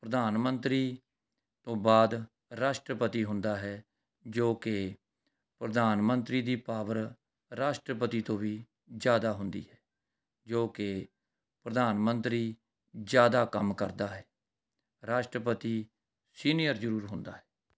ਪ੍ਰਧਾਨ ਮੰਤਰੀ ਤੋਂ ਬਾਅਦ ਰਾਸ਼ਟਰਪਤੀ ਹੁੰਦਾ ਹੈ ਜੋ ਕਿ ਪ੍ਰਧਾਨ ਮੰਤਰੀ ਦੀ ਪਾਵਰ ਰਾਸ਼ਟਰਪਤੀ ਤੋਂ ਵੀ ਜ਼ਿਆਦਾ ਹੁੰਦੀ ਹੈ ਜੋ ਕਿ ਪ੍ਰਧਾਨ ਮੰਤਰੀ ਜ਼ਿਆਦਾ ਕੰਮ ਕਰਦਾ ਹੈ ਰਾਸ਼ਟਰਪਤੀ ਸੀਨੀਅਰ ਜ਼ਰੂਰ ਹੁੰਦਾ ਹੈ